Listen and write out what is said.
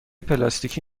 پلاستیکی